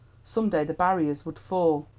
some day the barriers would fall.